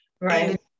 Right